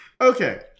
Okay